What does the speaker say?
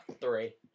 three